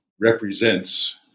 represents